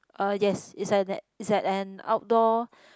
uh yes it's at that it's at an outdoor